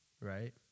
Right